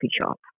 shop